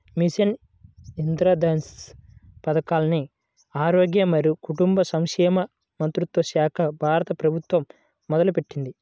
machine Indradhanush పథకాన్ని ఆరోగ్య మరియు కుటుంబ సంక్షేమ మంత్రిత్వశాఖ, భారత ప్రభుత్వం మొదలుపెట్టింది